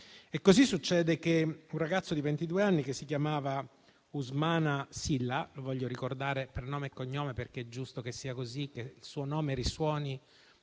Così succede che un ragazzo di ventidue anni che si chiamava Ousmane Sylla - lo voglio ricordare con nome e cognome perché è giusto così e che il suo nome risuoni